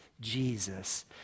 Jesus